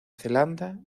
zelanda